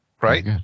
right